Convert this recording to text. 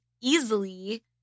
easily